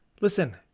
listen –